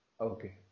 Okay